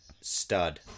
stud